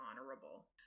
honorable